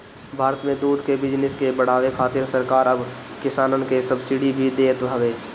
भारत में दूध के बिजनेस के बढ़ावे खातिर सरकार अब किसानन के सब्सिडी भी देत हवे